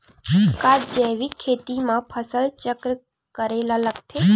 का जैविक खेती म फसल चक्र करे ल लगथे?